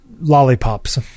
lollipops